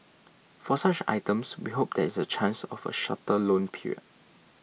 for such items we hope there is a chance of a shorter loan period